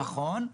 נכון.